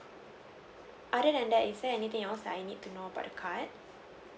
other than that is there anything else that I need to know about the card